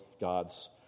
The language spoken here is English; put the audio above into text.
God's